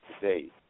today